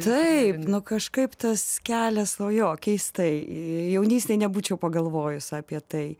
taip kažkaip tas kelias o jo keistai jaunystėj nebūčiau pagalvojus apie tai